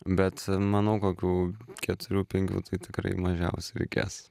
bet manau kokių keturių penkių tai tikrai mažiausiai reikės